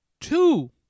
two